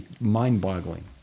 mind-boggling